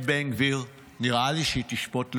את בן גביר, נראה לי שהיא תשפוט לחומרה.